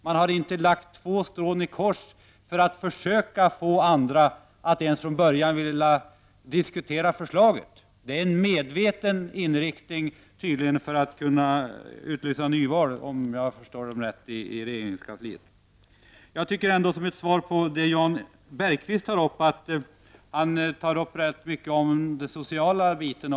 Man har inte lagt två strån i kors för att försöka få andra att ens diskutera förslaget. Det är tydligen en medveten inriktning i regeringskansliet för att man skall kunna utlysa nyval. Jan Bergqvist talade rätt mycket om de sociala frågorna.